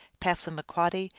passa maqiioddy,